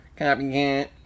Copycat